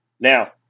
Now